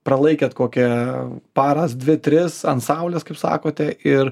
pralaikėt kokią paras dvi tris ant saulės kaip sakote ir